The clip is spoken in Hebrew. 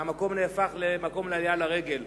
והמקום הפך למקום עלייה לרגל.